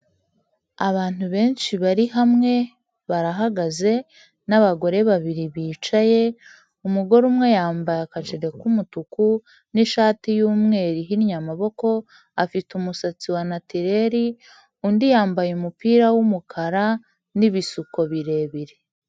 Abantu benshi bari hamwe barahagaze, abagore babiri bicaye, umugore umwe yambaye akajire k'umutuku n'ishati y'umweru ihinnye amaboko, afite umusatsi wa natireri, undi yambaye umupira w'umukara n'ibisuko birebire.